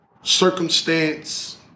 circumstance